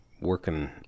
working